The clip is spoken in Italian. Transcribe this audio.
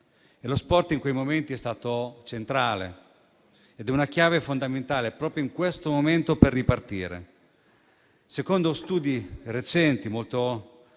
Lo sport, in quei momenti, è stato centrale e rappresenta una chiave fondamentale, proprio in questo momento, per ripartire. Secondo studi recenti molto